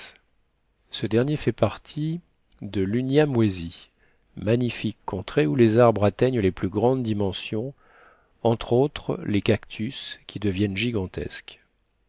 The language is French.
ce dernier fait partie de l'unyamwezy magnifique contrée où les arbres atteignent les plus grandes dimensions entre autres les cactus qui deviennent gigantesques